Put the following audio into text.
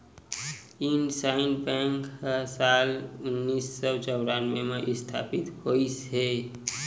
IndusInd bank ह साल उन्नीस सौ चैरानबे म इस्थापित होइस हे